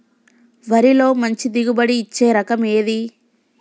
వరిలో మంచి దిగుబడి ఇచ్చే రకం ఏది?